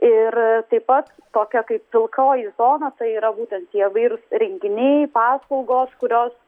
ir taip pat tokia kaip pilkoji zona tai yra būtent tie įvairūs renginiai paslaugos kurios